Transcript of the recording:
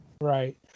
Right